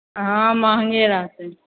हँ मंहगे रहतै